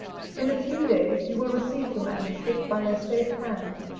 in a few days, you will receive the manuscript by a safe hand.